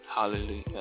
hallelujah